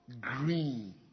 green